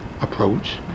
approach